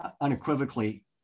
unequivocally